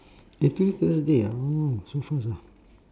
eh today thursday ah oh so fast ah